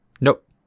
Nope